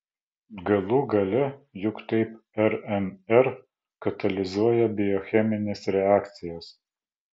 galų gale juk taip rnr katalizuoja biochemines reakcijas